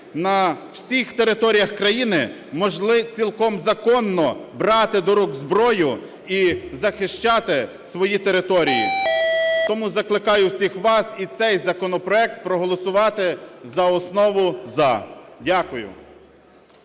на всіх територіях країни могли цілком законно брати до рук зброю і захищати свої території. Тому закликаю всіх вас і цей законопроект проголосувати за основу "за". Дякую.